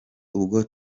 ubwo